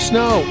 Snow